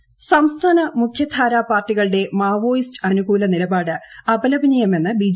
രമേശ് സംസ്ഥാന മുഖ്യധാര പാർട്ടികളുടെ മാർവോയിസ്റ്റ് അനുകൂല നിലപാട് അപലപനീയമെന്ന് ബി